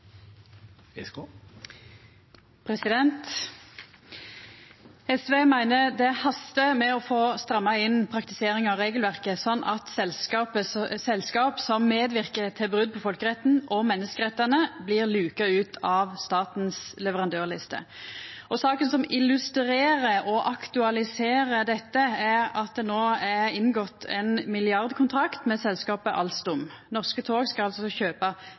hastar med å få stramma inn praktiseringa av regelverket, slik at selskap som medverkar til brot på folkeretten og menneskerettane, blir luka ut av statens leverandørliste. Saka som illustrerer og aktualiserer dette, er at det no er inngått ein milliardkontrakt med selskapet Alstom. Norske tog AS skal kjøpa 30 lokaltog frå Alstom med opsjon på å kjøpa